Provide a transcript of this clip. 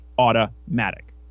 automatic